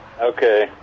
Okay